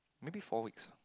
maybe four weeks